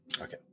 Okay